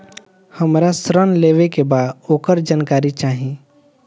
हमरा ऋण लेवे के बा वोकर जानकारी चाही